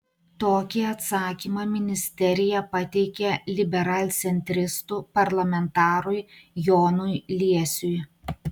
tokį atsakymą ministerija pateikė liberalcentristų parlamentarui jonui liesiui